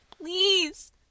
Please